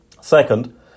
Second